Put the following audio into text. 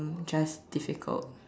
just difficult